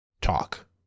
talk